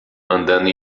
andando